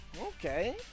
Okay